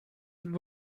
would